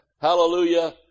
hallelujah